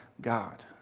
God